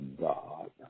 God